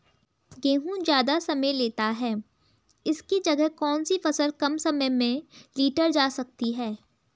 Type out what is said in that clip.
गेहूँ ज़्यादा समय लेता है इसकी जगह कौन सी फसल कम समय में लीटर जा सकती है?